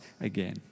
again